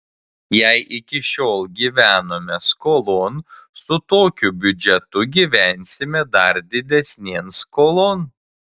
jei iki šiol gyvenome skolon su tokiu biudžetu gyvensime dar didesnėn skolon